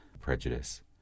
prejudice